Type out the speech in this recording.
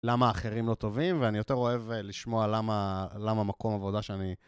למה האחרים לא טובים, ואני יותר אוהב לשמוע למה מקום עבודה שאני...